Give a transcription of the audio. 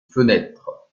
fenêtres